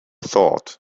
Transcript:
thought